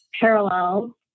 parallel